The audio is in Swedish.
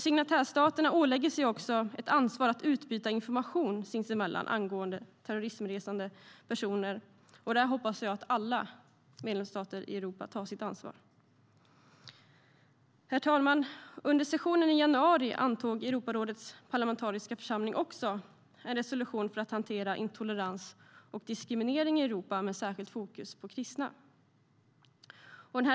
Signatärstaterna ålägger sig också ett ansvar att utbyta information sinsemellan angående terrorismresande personer. Där hoppas jag att alla medlemsstater i Europa tar sitt ansvar. Herr talman! Under sessionen i januari antog Europarådets parlamentariska församling också en resolution för att hantera intolerans och diskriminering i Europa med särskilt fokus på kristna.